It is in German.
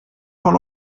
von